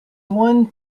one